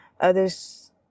others